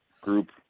group